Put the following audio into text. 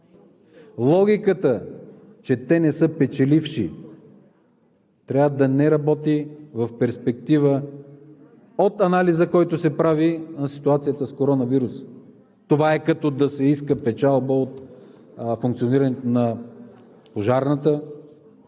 Логиката, че те не са печеливши трябва да не работи в перспектива от анализа, който се прави, ситуацията с коронавируса. Това е като да се иска печалба от функционирането на Пожарната,